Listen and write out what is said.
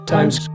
Times